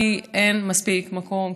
כי אין מספיק מקום,